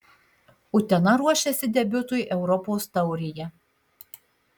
utena ruošiasi debiutui europos taurėje